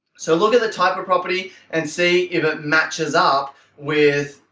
so look at the type of property and see if it matches up with